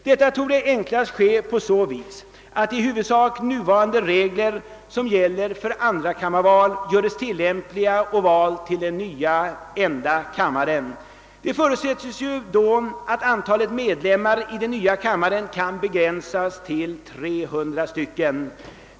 Detta torde enklast ske på så sätt att i huvudsak de regler som nu gäller för andrakammarval göres tillämpliga på val till denna nya enda kammare. Det förutsättes därvid att antalet ledamöter i den nya kammaren kan begränsas till 300.